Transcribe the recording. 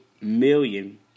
million